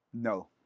no